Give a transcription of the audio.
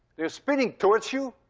they're spinning towards you.